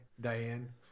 Diane